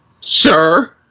sir